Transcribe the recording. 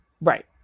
Right